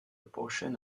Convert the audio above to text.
portion